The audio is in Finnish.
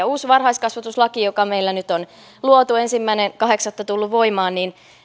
uusi varhaiskasvatuslaki joka meillä nyt on luotu ensimmäinen kahdeksatta tullut voimaan